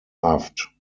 aft